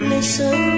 Listen